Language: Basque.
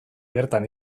bertan